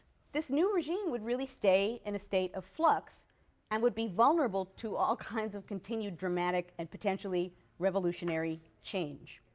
this new regime would really stay in a state of flux and would be vulnerable to all kinds of continued dramatic and potentially revolutionary change.